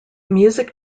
music